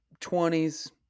20s